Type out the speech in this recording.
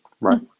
Right